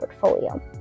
portfolio